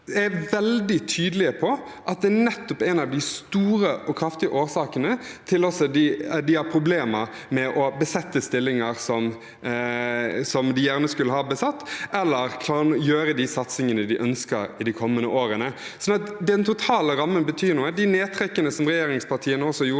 er veldig tydelige på at bortfall av den er en av de store og kraftige årsakene til at de har problemer med å besette stillinger som de gjerne skulle ha besatt, eller til å kunne gjøre de satsingene de ønsker i de kommende årene. Den totale rammen betyr noe. De nedtrekkene som regjeringspartiene gjorde